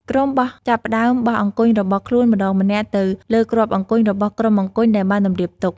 ក្រុមបោះចាប់ផ្ដើមបោះអង្គញ់របស់ខ្លួនម្ដងម្នាក់ទៅលើគ្រាប់អង្គញ់របស់ក្រុមអង្គញ់ដែលបានតម្រៀបទុក ។